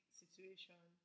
situation